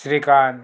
Shrikant